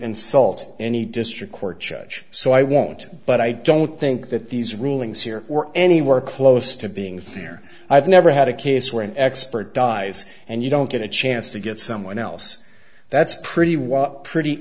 insult any district court judge so i won't but i don't think that these rulings here were anywhere close to being here i've never had a case where an expert dies and you don't get a chance to get someone else that's pretty wild pretty